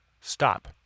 stop